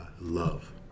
love